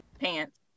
pants